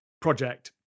project